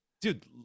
Dude